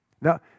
now